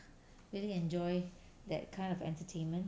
really enjoy that kind of entertainment